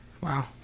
Wow